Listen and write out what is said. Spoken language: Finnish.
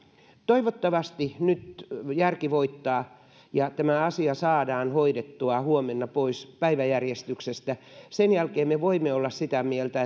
toivottavasti nyt järki voittaa ja tämä asia saadaan hoidettua huomenna pois päiväjärjestyksestä sen jälkeen me voimme olla sitä mieltä